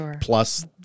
plus